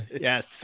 yes